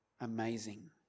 amazing